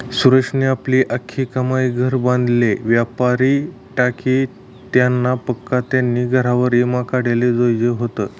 सुरेशनी आपली आख्खी कमाई घर बांधाले वापरी टाकी, त्यानापक्सा त्यानी घरवर ईमा काढाले जोयजे व्हता